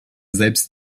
selbst